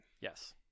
yes